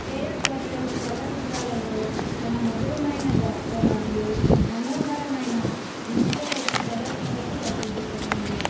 శ్రేయా ఘోషల్ చలనచిత్రాలలో తన మధురమైన గాత్రం మరియు మనోహరమైన నృత్య ప్రద ప్రదర్శనలకు ప్రసిద్ధి చెందింది